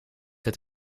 het